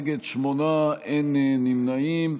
נגד, שמונה, אין נמנעים.